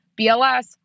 BLS